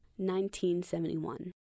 1971